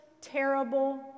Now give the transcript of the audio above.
terrible